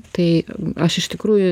tai aš iš tikrųjų